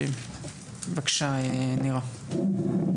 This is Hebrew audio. בבקשה, נירה.